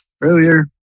earlier